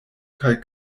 kaj